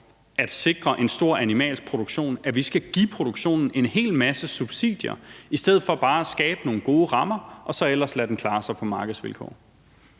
at sikre en stor animalsk produktion, at vi skal give produktionen en hel masse subsidier i stedet for bare at skabe nogle gode rammer og så ellers bare lade den klare sig på markedsvilkår?